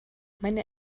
meine